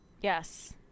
Yes